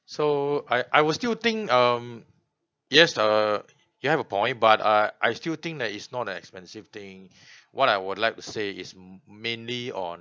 so I I will still think um yes err you have a point but I I still think that it's not an expensive thing what I would like to say is mainly on